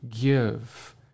give